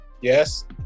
Yes